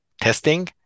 testing